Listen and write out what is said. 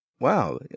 Wow